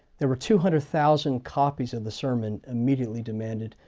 there were two hundred thousand copies of the sermon immediately demanded.